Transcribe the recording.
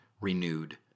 renewed